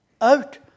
out